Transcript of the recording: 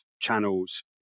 channels